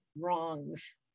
wrongs